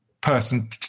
person